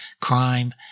crime